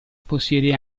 possiede